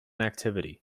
activity